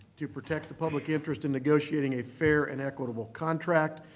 to protect the public interest in negotiating a fair and equitable contract.